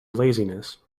laziness